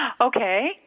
Okay